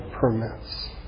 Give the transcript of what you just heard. permits